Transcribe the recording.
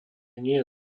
nie